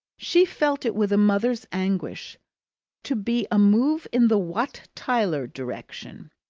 she felt it with a mother's anguish to be a move in the wat tyler direction,